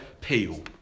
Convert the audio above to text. Peel